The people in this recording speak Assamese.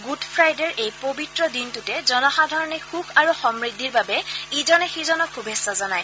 গুড ফ্ৰাইডেৰ এই পবিত্ৰ দিনটোতে জনসাধাৰণে সুখ আৰু সমূদ্ধিৰ বাবে ইজনে সিজনক শুভেচ্ছা জনায়